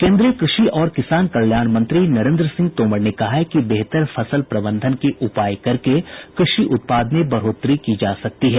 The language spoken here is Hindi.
केन्द्रीय कृषि और किसान कल्याण मंत्री नरेन्द्र सिंह तोमर ने कहा है कि बेहतर फसल प्रबंधन के उपाय करके कृषि उत्पाद में बढोतरी की जा सकती है